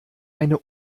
eine